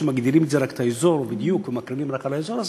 אף-על-פי שמגדירים רק את האזור בדיוק ומקרינים רק על האזור הזה,